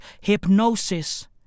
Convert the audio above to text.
Hypnosis